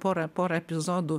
porą porą epizodų